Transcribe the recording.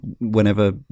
whenever